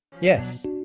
Yes